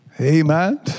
Amen